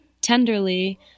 Tenderly